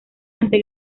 ante